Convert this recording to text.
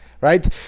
Right